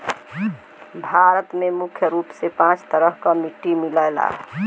भारत में मुख्य रूप से पांच तरह क मट्टी मिलला